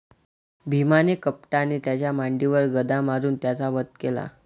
भीमाने कपटाने त्याच्या मांडीवर गदा मारून त्याचा वध केला